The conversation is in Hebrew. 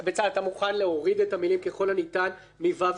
אתה מוכן להוריד את המילים "ככל הניתן" מ-ו3?